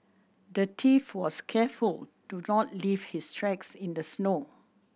the thief was careful to not leave his tracks in the snow